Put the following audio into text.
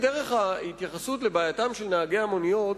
דרך ההתייחסות לבעייתם של נהגי המוניות